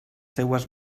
seues